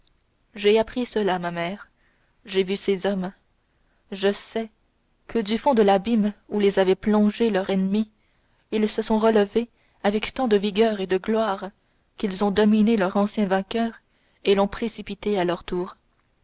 j'ai appris cela ma mère j'ai vu ces hommes je sais que du fond de l'abîme où les avait plongés leur ennemi ils se sont relevés avec tant de vigueur et de gloire qu'ils ont dominé leur ancien vainqueur et l'ont précipité à son tour